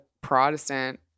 Protestant